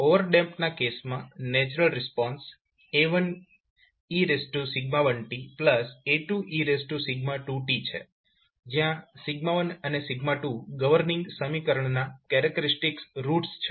overdamped ના કેસમાં natural response A1e1tA2e2t છે જ્યાં 1 અને 2 ગવર્નીંગ સમીકરણ ના કેરેક્ટરીસ્ટિક્સ રૂટ્સ છે